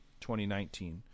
2019